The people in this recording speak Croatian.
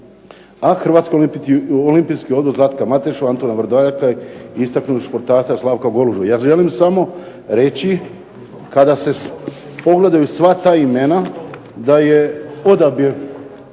a Hrvatski olimpijski odbor Zlatka Matešu, Antuna Vrdoljaka i istaknutog športaša Slavka Golužu. Ja želim samo reći kada se pogledaju sva ta imena da je odabir